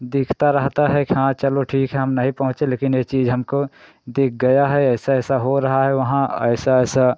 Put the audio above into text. दिखता रहता है कि हाँ चलो ठीक है हम नहीं पहुँचे लेकिन ये चीज़ हमको दिख गया है ऐसा ऐसा हो रहा है वहाँ ऐसा ऐसा